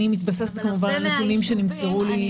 אני מתבססת כמובן על נתונים שנמסרו לי.